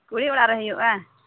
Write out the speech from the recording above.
ᱠᱩᱲᱤ ᱚᱲᱟᱜ ᱨᱮ ᱦᱩᱭᱩᱜᱼᱟ